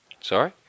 Sorry